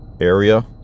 area